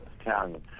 Italian